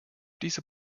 dieser